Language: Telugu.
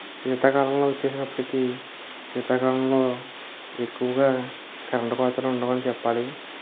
శీతాకాలంలో వచ్చేటప్పటికీ శీతాకాలంలో ఎక్కువగా కరెంటు కోతలు ఉండవని చెప్పాలి